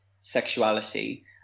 sexuality